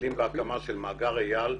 מתחילים בהקמה של מאגר אייל,